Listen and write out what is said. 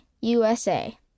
USA